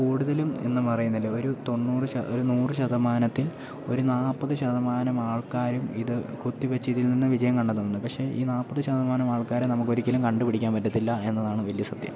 കൂടുതലും എന്ന് പറയുന്നില്ല ഒരു തൊന്നൂറ് ഒരു നൂറ് ശതമാനത്തിൽ ഒരു നാൽപത് ശതമാനം ആൾക്കാരും ഇത് കുത്തിവെച്ച് ഇതിൽനിന്ന് വിജയം കണ്ടെത്തുന്നുണ്ട് പക്ഷേ ഈ നാല്പത് ശതമാനം ആൾക്കാരെയും നമുക്ക് ഒരിക്കലും കണ്ടുപിടിക്കാൻ പറ്റത്തില്ല എന്നതാണ് വലിയ സത്യം